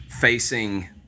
facing